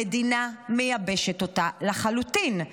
המדינה מייבשת אותה לחלוטין.